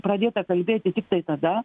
pradėta kalbėti tiktai tada